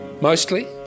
mostly